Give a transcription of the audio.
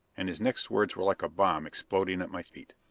and his next words were like a bomb exploding at my feet.